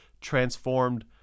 transformed